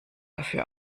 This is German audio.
dafür